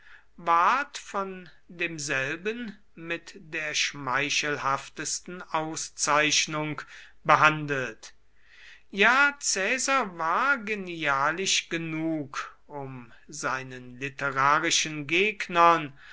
ward von demselben mit der schmeichelhaftesten auszeichnung behandelt ja caesar war genialisch genug um seinen literarischen gegnern